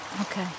okay